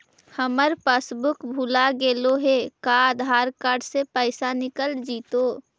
हमर पासबुक भुला गेले हे का आधार कार्ड से पैसा निकल जितै?